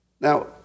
Now